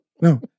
No